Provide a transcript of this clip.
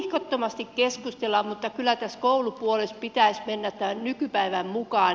ja kyllä tässä koulupuolessa pitäisi mennä tämän nykypäivän mukaan